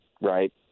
right